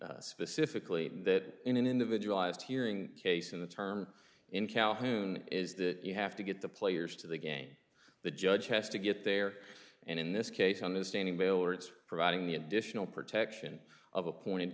me specifically that in an individual as to hearing case in the term in calhoun is that you have to get the players to the game the judge has to get there and in this case understanding baylor it's providing the additional protection of a point